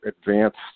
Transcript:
advanced